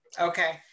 Okay